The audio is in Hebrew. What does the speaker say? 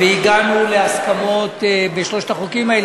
והגענו להסכמות בשלושת החוקים האלה,